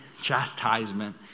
chastisement